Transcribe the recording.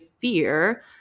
fear